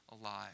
alive